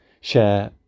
share